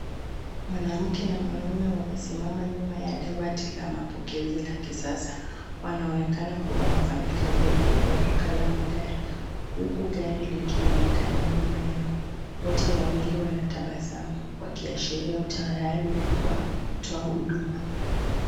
Mwanamke na mwanaume wamesimama nyuma ya dawati la mapokezi la kisasa. Wanaonekana kuwa wafanyakazi wa duka la magari huku gari likionekana nyuma yao. Wote wawili wanatabasamu wakiashiria utayari wa kutoa huduma.